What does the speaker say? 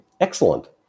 excellent